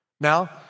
Now